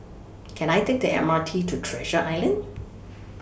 Can I Take The M R T to Treasure Island